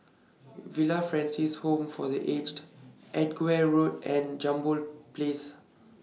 Villa Francis Home For The Aged Edgware Road and Jambol Place